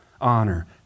honor